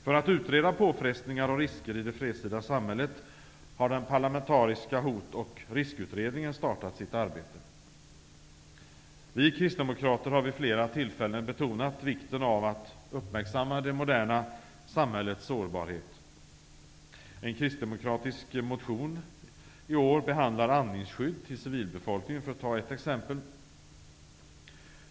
För att utreda påfrestningar och risker i det fredstida samhället, har den parlamentariska Hotoch riskutredningen startat sitt arbete. Vi kristdemokrater har vid flera tillfällen betonat vikten av att uppmärksamma det moderna samhällets sårbarhet. I en kristdemokratisk motion i år behandlas andningsskydd till civilbefolkningen, för att ta ett exempel.